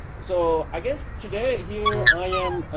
so i guess today, here, i am,